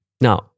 Now